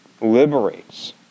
liberates